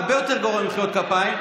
הרבה יותר גרוע ממחיאות כפיים,